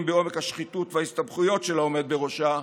בעומק השחיתות וההסתבכויות של העומד בראשה,